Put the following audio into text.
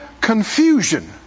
confusion